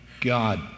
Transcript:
God